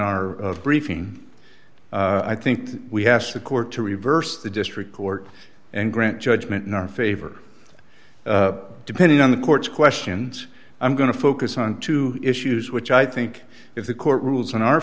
our briefing i think we have the court to reverse the district court and grant judgment in our favor depending on the court's questions i'm going to focus on two issues which i think if the court rules in our